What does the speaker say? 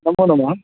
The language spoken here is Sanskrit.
नमोनमः